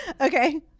Okay